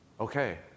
Okay